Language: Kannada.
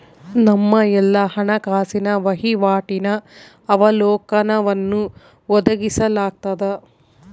ನಮ್ಮ ಎಲ್ಲಾ ಹಣಕಾಸಿನ ವಹಿವಾಟಿನ ಅವಲೋಕನವನ್ನು ಒದಗಿಸಲಾಗ್ತದ